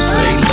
say